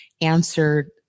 answered